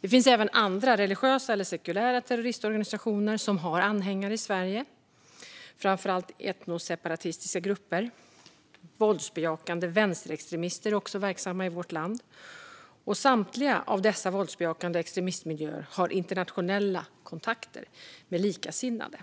Det finns även andra religiösa eller sekulära terroristorganisationer som har anhängare i Sverige, framför allt etnoseparatistiska grupper. Våldsbejakande vänsterextremister är också verksamma i vårt land. I samtliga av dessa våldsbejakande extremistmiljöer har man internationella kontakter med likasinnade.